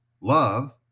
love